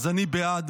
אז אני בעד.